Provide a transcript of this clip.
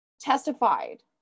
testified